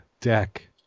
deck